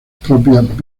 propias